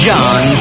John